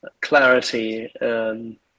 clarity